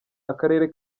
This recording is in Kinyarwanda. akarere